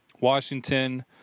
Washington